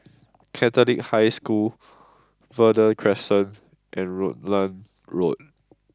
Catholic High School Verde Crescent and Rutland Road